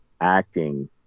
acting